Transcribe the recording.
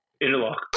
interlock